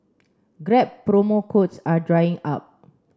grab promo codes are drying up